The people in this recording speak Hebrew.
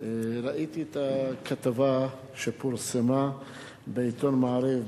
ראיתי את הכתבה שפורסמה בעיתון "מעריב",